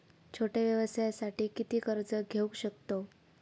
छोट्या व्यवसायासाठी किती कर्ज घेऊ शकतव?